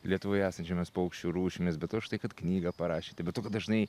lietuvoje esančiomis paukščių rūšimis bet to štai kad knygą parašėte be to kad dažnai